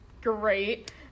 great